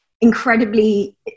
incredibly